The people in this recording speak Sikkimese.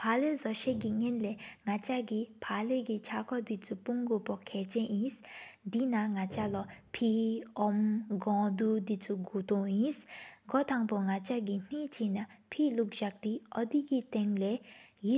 ཕ་ལ་བ་དོ་སེ་དགེ་ཡེན་ལེ་ནག་ཆ་གི། ཕ་ལ་གི་ཆ་ཀ་དེ་ཕྱུར་སྤུང་གོ་འབོ་མཁན་ཆེན་ཨིན། དེ་ན་ནག་ཆ་ལོ་ཕེ། ཨོམ། གོ་དུ། དེ་ཕྱུར་གོ་ཏོ་ཨིན་གོ་ཐང་པུ་ནག་ཆ་གི། ནེ་ཆེ་ན་ཕེ་ལུག་ཟག་ཏེ། ཨོ་དེ་གི་ཐང་ལོ།